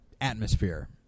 atmosphere